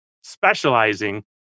specializing